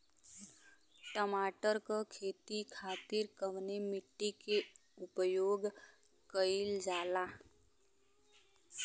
टमाटर क खेती खातिर कवने मिट्टी के उपयोग कइलजाला?